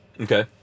Okay